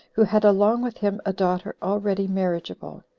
who had along with him a daughter already marriageable,